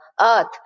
earth